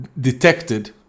detected